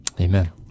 Amen